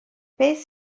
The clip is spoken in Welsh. beth